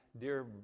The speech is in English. dear